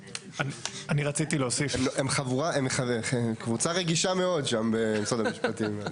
הם קבוצה רגישה מאוד שם, במשרד המשפטים.